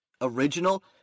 original